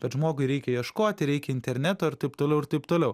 kad žmogui reikia ieškoti reikia interneto ir taip toliau ir taip toliau